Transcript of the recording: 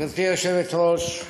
גברתי היושבת-ראש,